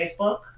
Facebook